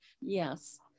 Yes